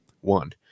one